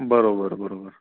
बरोबर बरोबर